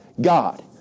God